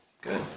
Good